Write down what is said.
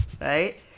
right